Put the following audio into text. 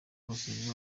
abasomyi